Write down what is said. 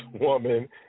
woman